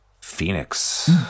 Phoenix